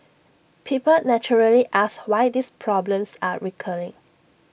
people naturally ask why these problems are recurring